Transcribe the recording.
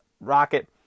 Rocket